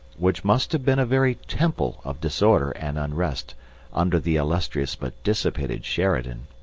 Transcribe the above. which must have been a very temple of disorder and unrest under the illustrious but dissipated sheridan,